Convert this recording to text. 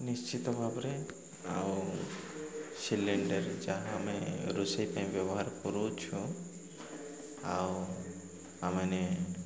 ନିଶ୍ଚିତ ଭାବରେ ଆଉ ସିଲିଣ୍ଡର ଯାହା ଆମେ ରୋଷେଇ ପାଇଁ ବ୍ୟବହାର କରୁଛୁ ଆଉ ଆମେମାନେ